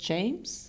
James